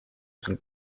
sul